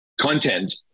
content